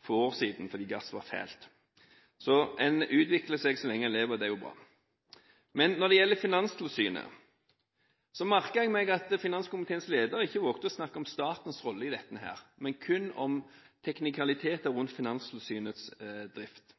få år siden fordi gass var fælt. Så en utvikler seg så lenge en lever, og det er jo bra. Når det gjelder Finanstilsynet, merket jeg meg at finanskomiteens leder ikke våget å snakke om statens rolle i dette, men kun om teknikaliteter rundt Finanstilsynets drift.